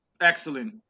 excellent